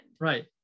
right